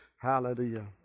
Hallelujah